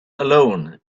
alone